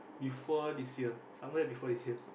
before this year somewhere before this year